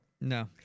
No